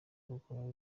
kuko